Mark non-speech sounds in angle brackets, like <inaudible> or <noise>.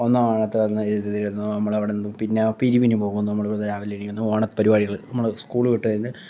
ഒന്നാം ഓണത്തിന് <unintelligible> നമ്മൾ അവിടെ നിന്ന് പിന്നെ പിരിവിനു പോകുന്നു നമ്മൾ അവിടെ നിന്നു രാവിലെ എണീക്കുന്നു ഓണപ്പരിപാടികൾ നമ്മൾ സ്കൂള് വിട്ടു വന്ന്